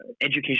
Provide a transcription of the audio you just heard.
education